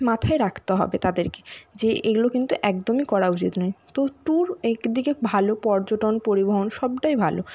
মাথায় রাখতে হবে তাদেরকে যে এগুলো কিন্তু একদমই করা উচিত নয় একদিকে ভালো পর্যটন পরিবহন সবটাই ভালো